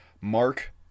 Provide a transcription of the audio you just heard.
Mark